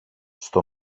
στο